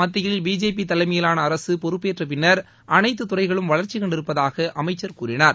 மத்தியில் பிஜேபி தலைமையிலான அரசு பொறப்பேற்ற பின்னர் அனைத்து துறைகளும் வளர்ச்சி கண்டிருப்பதாக அமைச்சர் கூறினார்